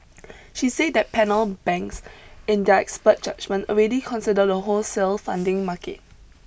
she said the panel banks in their expert judgement already consider the wholesale funding market